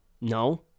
No